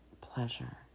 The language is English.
pleasure